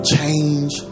Change